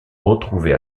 retrouvés